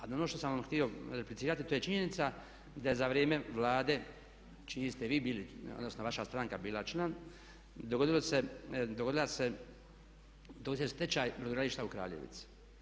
Ali ono što sam vam htio replicirati to je činjenica da je za vrijeme Vlade čiji ste vi bili, odnosno vaša stranka bila član dogodio se stečaj brodogradilišta u Kraljevici.